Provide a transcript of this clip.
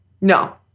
No